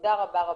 תודה רבה.